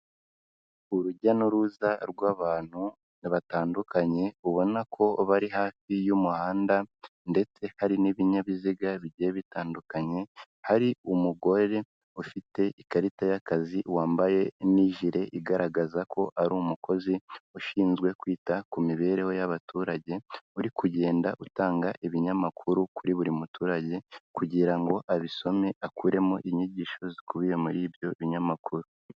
Urujya n'uruza rw'abantu batandukanye ubona ko bari hafi y'umuhanda ndetse hari n'ibinyabiziga bigiye bitandukanye, hari umugore ufite ikarita y'akazi wambaye n'ijile igaragaza ko ari umukozi ushinzwe kwita ku mibereho y'abaturage, uri kugenda utanga ibinyamakuru kuri buri muturage kugira ngo abisome akuremo inyigisho zikubiye muri ibyo binyamakuru.